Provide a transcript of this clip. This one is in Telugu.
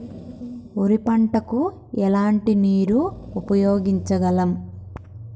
వరి పంట కు ఎలాంటి నీరు ఉపయోగించగలం?